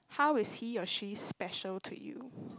how is he or she special to you